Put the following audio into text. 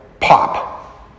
pop